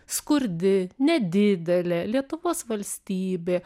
skurdi nedidelė lietuvos valstybė